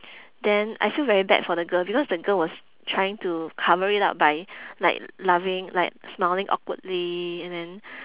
then I feel very bad for the girl because the girl was trying to cover it up by like laughing like smiling awkwardly and then